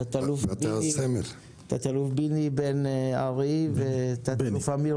תא"ל בני בן ארי ואמיר